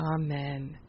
Amen